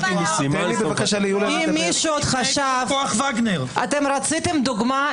אתם רציתם דוגמה.